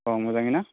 औ मोजाङै ना